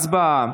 הצבעה.